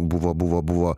buvo buvo buvo